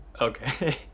Okay